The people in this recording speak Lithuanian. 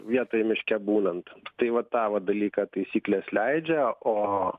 vietoj miške būnant tai va tą va dalyką taisyklės leidžia o